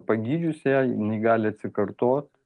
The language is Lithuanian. pagydžius ją jinai gali atsikartot